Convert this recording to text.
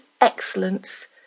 excellence